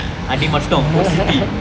அடி மட்டம்:adi mattam O_C_T